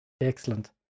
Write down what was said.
excellent